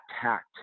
tact